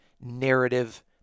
narrative